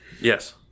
Yes